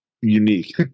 unique